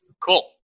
Cool